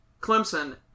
Clemson